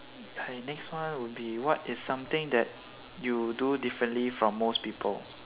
ya next one would be what is something that you do differently from most people